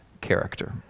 character